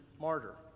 martyr